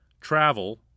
travel